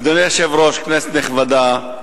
אדוני היושב-ראש, כנסת נכבדה,